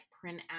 print